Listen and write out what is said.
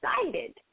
excited